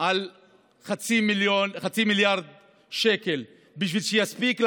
מינימום על חצי מיליארד שקל בשביל שיספיק להם,